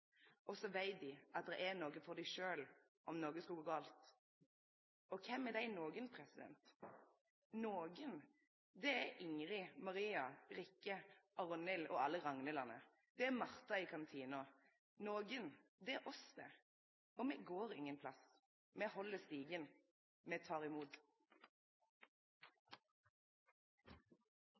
Så veit dei òg at det er nokre der for dei sjølve, om noko skulle gå gale. Og kven er dei «nokre»? «Nokre» er Ingrid, Maria, Rikke, Arnhild og alle Ragnhild-ene, det er Marta i kantina. «Nokre», det er oss, det. Og me går ingen plass, me held stigen, me tek imot.